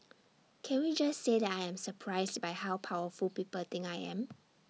can we just say that I am surprised by how powerful people think I am